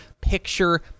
picture